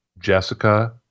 Jessica